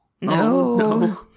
No